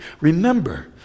remember